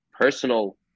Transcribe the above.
personal